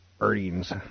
earnings